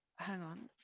hang on